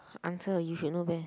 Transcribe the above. answer you should know best